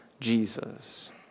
Jesus